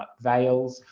ah veils,